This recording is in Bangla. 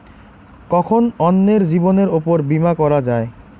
কখন অন্যের জীবনের উপর বীমা করা যায়?